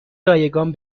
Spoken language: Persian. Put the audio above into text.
رایگان